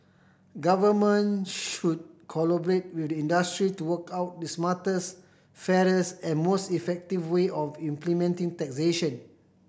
government should collaborate with the industry to work out the smartest fairest and most effective way of implementing taxation